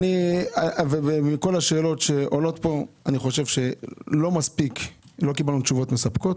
מכל השאלות שעולות פה, לא קיבלנו תשובות מספקות.